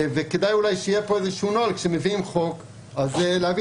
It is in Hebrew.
וכדאי אולי שיהיה פה איזה שהוא נוהל שכשמביאים חוק אז להביא